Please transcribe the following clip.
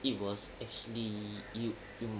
it was actually you you